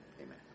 Amen